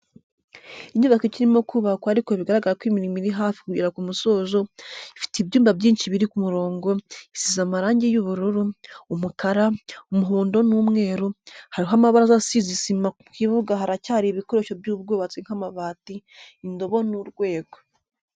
Inyubako ikirimo kubakwa ariko bigaragara ko imirimo iri hafi kugera ku musozo ifite ibyumba byinshi biri ku murongo, isize amarangi y'ubururu, umukara, umuhondo n'umweru, hariho amabaraza asize isima mu kibuga haracyari ibikoresho by'ubwubatsi nk'amabati indobo n'urwego.